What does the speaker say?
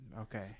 Okay